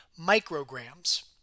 micrograms